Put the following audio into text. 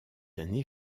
années